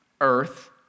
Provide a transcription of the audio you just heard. earth